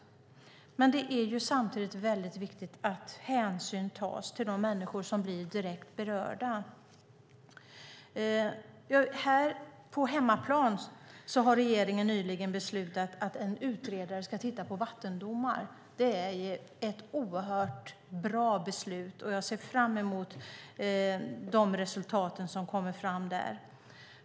Samtidigt är det viktigt att hänsyn tas till de människor som blir direkt berörda. Här på hemmaplan har regeringen nyligen beslutat att en utredare ska titta på vattendomar. Det är ett bra beslut, och jag ser fram emot de resultat som kommer fram.